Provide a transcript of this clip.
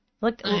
Look